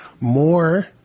more